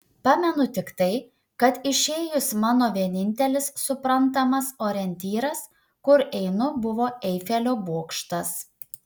pamenu tik tai kad išėjus mano vienintelis suprantamas orientyras kur einu buvo eifelio bokštas